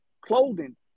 clothing